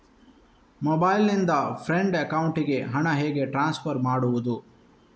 Mobile ನಿಂದ friend ಅಕೌಂಟಿಗೆ ಹಣ ಹೇಗೆ ಟ್ರಾನ್ಸ್ಫರ್ ಮಾಡುವುದು?